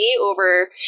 over